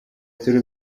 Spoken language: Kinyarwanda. ati